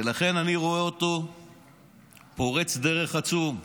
ולכן אני רואה אותו פורץ דרך עצום,